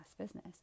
business